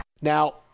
Now